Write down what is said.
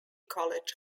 college